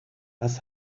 was